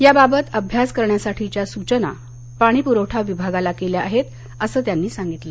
या बाबत अभ्यास करण्यासाठीच्या सुचना पाणी पुरवठा विभागाला केल्या आहेत असं त्यांनी सांगितलं